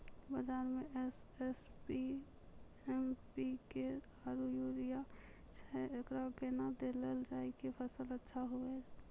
बाजार मे एस.एस.पी, एम.पी.के आरु यूरिया छैय, एकरा कैना देलल जाय कि फसल अच्छा हुये?